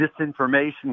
disinformation